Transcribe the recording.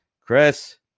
chris